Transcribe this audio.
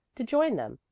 to join them,